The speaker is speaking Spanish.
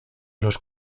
los